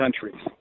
countries